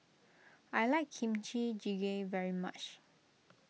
I like Kimchi Jjigae very much